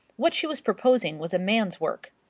what she was proposing was a man's work.